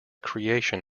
creation